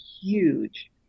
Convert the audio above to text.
huge